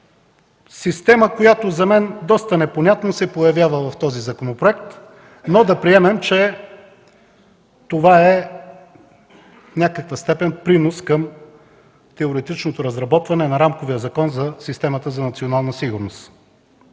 Система, която за мен доста непонятно се появява в този законопроект, но да приемем, че това в някаква степен е принос към теоретичното разработване на рамковия закон за системата за национална сигурност.